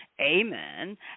Amen